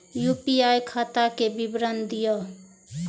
UPI खाता के विवरण दिअ?